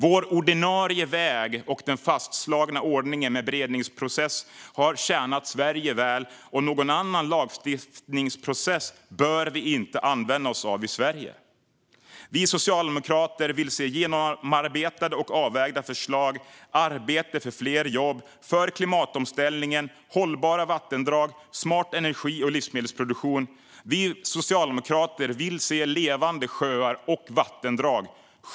Vår ordinarie väg och den fastslagna ordningen med beredningsprocess har tjänat Sverige väl, och någon annan lagstiftningsprocess bör vi inte använda oss av i Sverige. Vi socialdemokrater vill se genomarbetade och avvägda förslag och arbete för fler jobb, för klimatomställningen, för hållbara vattendrag och för smart energi och livsmedelsproduktion. Vi socialdemokrater vill se levande sjöar och vattendrag.